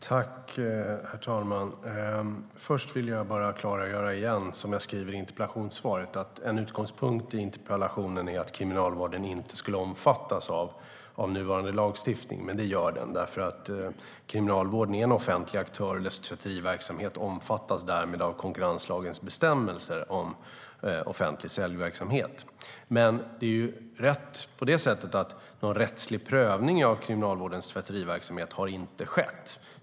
Herr talman! Först vill jag återigen bara klargöra, vilket jag nämnde i interpellationssvaret, att en utgångspunkt i interpellationen är att Kriminalvården inte skulle omfattas av nuvarande lagstiftning. Det gör den dock. Kriminalvården är nämligen en offentlig aktör, och dess tvätteriverksamhet omfattas därmed av konkurrenslagens bestämmelser om offentlig säljverksamhet. Men det är rätt på det sättet att någon rättslig prövning av Kriminalvårdens tvätteriverksamhet inte har skett.